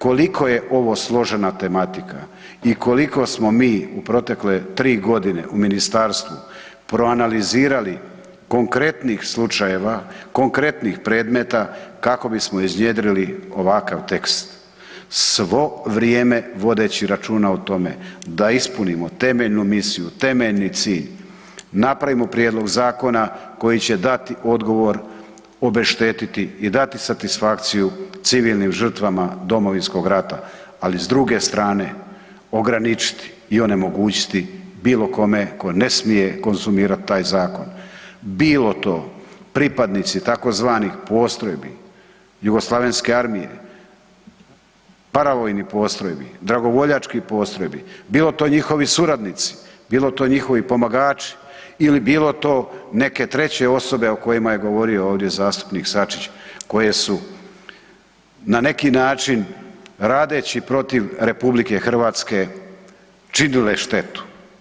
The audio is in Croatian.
Koliko je ovo složena tematika i koliko smo mi u protekle tri godine u ministarstvu proanalizirali konkretnih slučajeva, konkretnih predmeta kako bismo iznjedrili ovakav tekst, svo vrijeme vodeći računa o tome da ispunimo temeljnu misiju, temeljni cilj, napravimo prijedlog zakona koji će dati odgovor, obeštetiti i dati satisfakciju civilnim žrtvama Domovinskog rata, ali s druge strane ograničiti i onemogućiti bilo kome ko ne smije konzumirati taj zakon, bilo to pripadnici tzv. postrojbi JNA, paravojnih postrojbi, dragovoljačkih postrojbi, bilo to njihovi suradnici, bilo to njihovi pomagači ili bilo to neke treće osobe o kojima je govorio ovdje zastupnik Sačić koji su na neki način radeći protiv RH činile štetu.